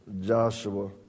Joshua